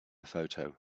photo